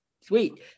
Sweet